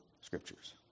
scriptures